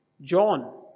John